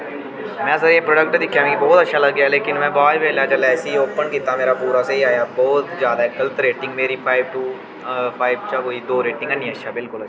में सर एह् प्रोडक्ट दिक्खेआ मिकी बोहत अच्छा लग्गेआ लेकिन में बाद च बेल्लै जिसलै इसी ओपन कीता मेरा पूरा स्हेई आया बोह्त ज्यादा गलत रेटिंग मेरी फाइव टू फाइव चा कोई दो रेटिंग हैनी अच्छा बिल्कुल अच्छा नी